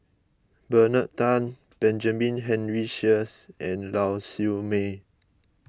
Bernard Tan Benjamin Henry Sheares and Lau Siew Mei